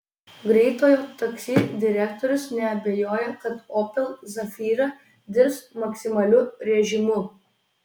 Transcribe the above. greitojo taksi direktorius neabejoja kad opel zafira dirbs maksimaliu režimu